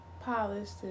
polished